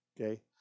okay